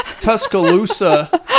Tuscaloosa